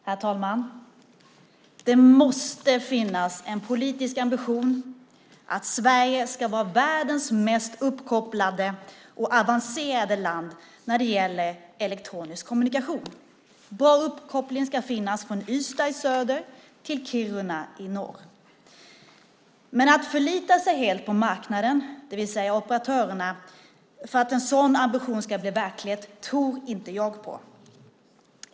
Herr talman! Det måste finnas en politisk ambition att Sverige ska vara världens mest uppkopplade och avancerade land när det gäller elektronisk kommunikation. Bra uppkoppling ska finnas från Ystad i söder till Kiruna i norr. Men att förlita sig helt på marknaden, det vill säga operatörerna, för att en sådan ambition ska bli verklighet tror inte jag på.